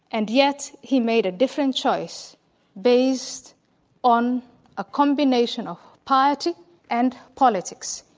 and yet, he made a different choice based on a combination of piety and politics.